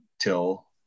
till